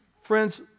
Friends